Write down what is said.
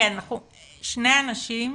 שני אנשים